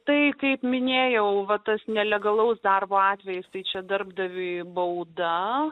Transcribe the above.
tai kaip minėjau va tas nelegalaus darbo atvejis tai čia darbdaviui baudą